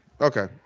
Okay